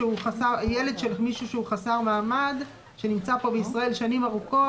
לילד של מישהו שהוא חסר מעמד שנמצא פה בישראל שנים ארוכות,